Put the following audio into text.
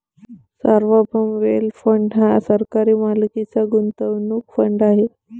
सार्वभौम wealth fund हा सरकारी मालकीचा गुंतवणूक फंड आहे